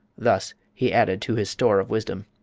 thus he added to his store of wisdom.